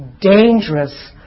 dangerous